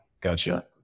Gotcha